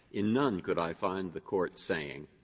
in none could i find the court saying